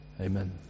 amen